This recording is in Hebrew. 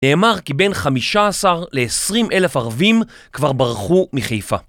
נאמר כי בין 15 ל-20 אלף ערבים כבר ברחו מחיפה.